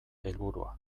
helburua